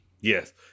yes